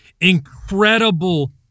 incredible